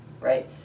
right